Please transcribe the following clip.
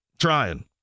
trying